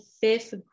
fifth